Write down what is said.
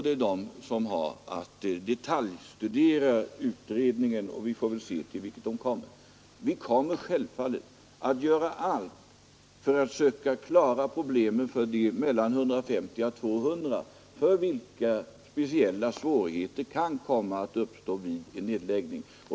Det är de som har att detaljstudera den. Vi ämnar självfallet göra allt för att söka klara problemen för de mellan 150 och 200 personer för vilka speciella svårigheter kan komma att uppstå vid en nedläggning.